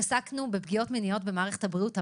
התעסקנו בפגיעות מיניות במערכת הבריאות.